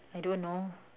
I don't know